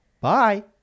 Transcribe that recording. Bye